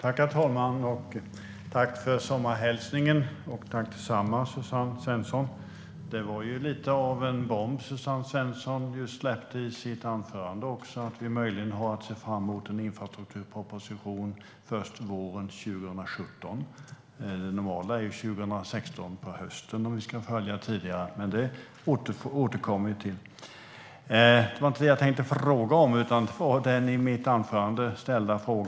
Herr talman! Tack för sommarhälsningen, och tack detsamma, Suzanne Svensson! Det var lite av en bomb som Suzanne Svensson släppte i sitt anförande: att vi möjligen har att se fram emot en infrastrukturproposition först våren 2017. Det normala är hösten 2016, om vi ska följa hur det har varit tidigare. Men det återkommer vi till. Det var inte det jag tänkte fråga om. I mitt anförande ställde jag en fråga.